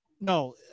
no